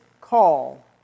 call